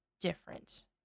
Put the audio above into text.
different